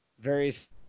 various